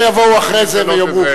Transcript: שלא יבואו אחרי זה ויאמרו.